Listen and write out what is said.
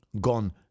gone